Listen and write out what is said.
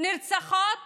נרצחות